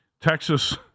Texas